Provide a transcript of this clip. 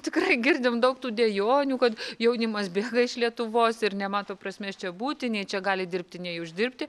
tikrai girdime daug tų dejonių kad jaunimas bėga iš lietuvos ir nemato prasmės čia būti nei čia gali dirbti nei uždirbti